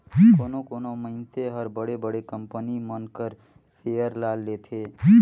कोनो कोनो मइनसे हर बड़े बड़े कंपनी मन कर सेयर ल लेथे